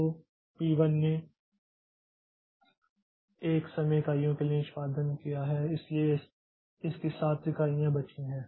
तो पी 1 ने 1 समय इकाइयों के लिए निष्पादन किया है इसलिए इसकी 7 इकाइयां बची हैं